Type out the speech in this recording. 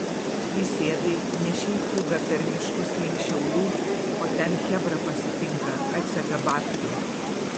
įsėdai nešei fugą per miškus link šiaulių o ten chebra pasitinka atsega babkių